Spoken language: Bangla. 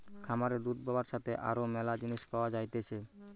খামারে দুধ পাবার সাথে আরো ম্যালা জিনিস পাওয়া যাইতেছে